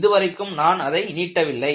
இதுவரைக்கும் நான் அதை நீட்டவில்லை